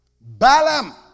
Balaam